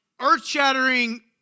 earth-shattering